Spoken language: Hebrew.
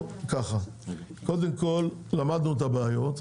קודם כל למדנו את הבעיות,